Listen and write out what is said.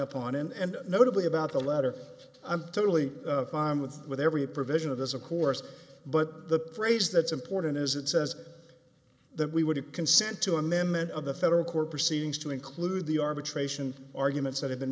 upon and notably about the letter i'm totally fine with with every provision of this of course but the phrase that's important is it says that we would consent to amendment of the federal court proceedings to include the arbitration arguments that have been